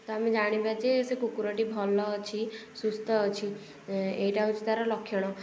ତ ଆମେ ଜାଣିବା ଯେ ସେ କୁକୁରଟି ଭଲ ଅଛି ସୁସ୍ଥ ଅଛି ଏଇଟା ହେଉଛି ତା'ର ଲକ୍ଷଣ